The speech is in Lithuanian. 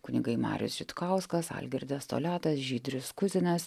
kunigai marius žitkauskas algirdas toliatas žydrius kuzinas